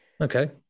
okay